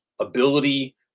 ability